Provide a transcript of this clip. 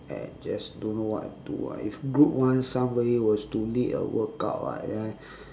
and just don't know what to do ah if group one somebody was to lead a workout [what] then